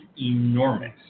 enormous